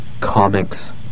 comics